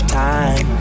time